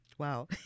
Wow